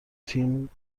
تیم